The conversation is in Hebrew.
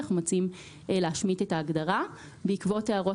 אנחנו מציעים להשמיט את ההגדרה בעקבות הערות